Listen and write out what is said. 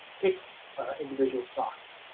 pick individual stock,